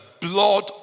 blood